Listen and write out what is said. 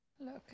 Look